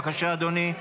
בבקשה, אדוני.